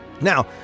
Now